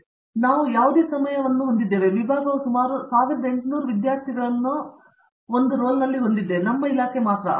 ಆದ್ದರಿಂದ ನಾವು ಯಾವುದೇ ಸಮಯವನ್ನು ಹೊಂದಿದ್ದೇವೆ ವಿಭಾಗವು ಸುಮಾರು 1800 ವಿದ್ಯಾರ್ಥಿಗಳನ್ನು ರೋಲ್ನಲ್ಲಿ ಹೊಂದಿದೆ ನಮ್ಮ ಇಲಾಖೆ ಮಾತ್ರ